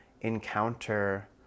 encounter